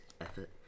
Effort